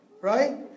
Right